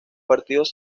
partidos